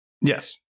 Yes